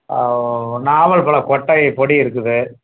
ஆ நாவல் பழம் கொட்டை பொடி இருக்குது